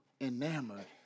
enamored